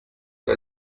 der